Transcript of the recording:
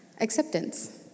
acceptance